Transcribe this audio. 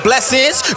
Blessings